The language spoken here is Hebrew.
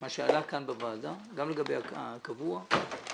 גם לגבי הקבוע.